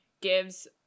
gives